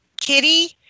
Kitty